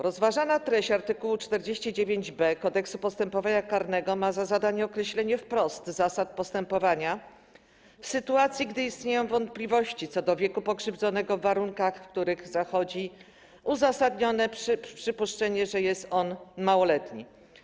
Rozważana treść art. 49b Kodeksu postępowania karnego ma za zadanie określenie wprost zasad postępowania w sytuacji, gdy istnieją wątpliwości co do wieku pokrzywdzonego w warunkach, w których zachodzi uzasadnione przypuszczenie, że jest on małoletni.